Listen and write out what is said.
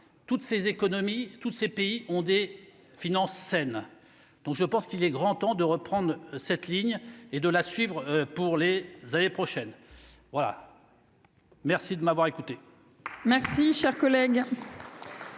toutes ses économies, toutes ces pays ont des finances saines, donc je pense qu'il est grand temps de reprendre cette ligne et de la suivre, pour les années prochaines voilà. Merci de m'avoir écouté.